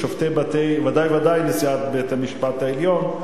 ודאי את נשיאת בית-המשפט העליון,